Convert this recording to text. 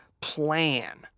plan